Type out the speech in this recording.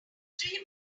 three